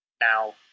Now